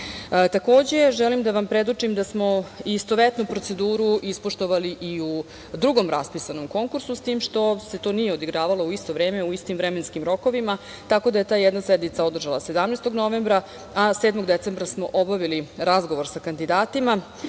dva. Takođe, želim da vam predočim da smo istovetnu proceduru ispoštovali i u drugom raspisanom konkursu, s tim što se to nije odigravalo u isto vreme, u istim vremenskim rokovima, tako da je ta jedna sednica održana 17. novembra, a 7. decembra smo obavili razgovor sa kandidatima.